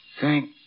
Thank